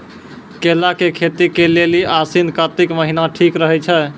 केला के खेती के लेली आसिन कातिक महीना ठीक रहै छै